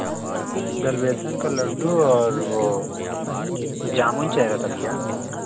गल बेसन का लड्डू और वह जामुन चाही रहा था भैया